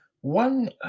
One